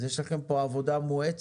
אז יש לכם פה עבודה מואצת.